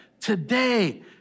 today